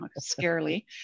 Scarily